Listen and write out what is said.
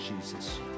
Jesus